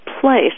place